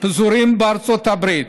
פזורים בארצות הברית,